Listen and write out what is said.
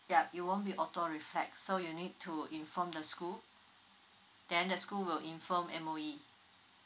yup you won't be auto reflects so you need to inform the school then the school will inform M_O_E